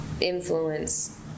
influence